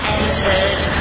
entered